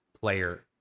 player